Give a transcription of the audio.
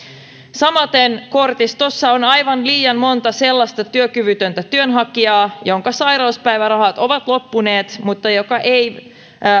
samaten kortistossa on aivan liian monta sellaista työkyvytöntä työnhakijaa jonka sairauspäivärahat ovat loppuneet mutta joka ei